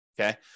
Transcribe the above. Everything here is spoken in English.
Okay